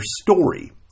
story